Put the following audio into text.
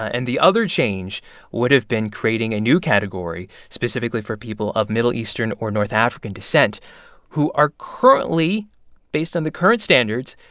and the other change would've been creating a new category specifically for people of middle eastern or north african descent who are currently based on the current standards,